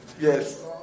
Yes